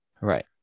right